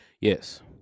Yes